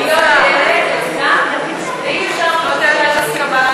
אדוני היושב-ראש, אני מבקשת שתצרף אותי להצבעה.